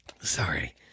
Sorry